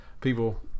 people